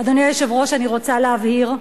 אדוני היושב-ראש, אני רוצה להבהיר,